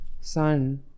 son